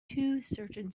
certain